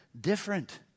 different